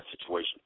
situation